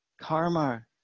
karma